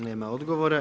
Nema odgovora.